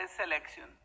selection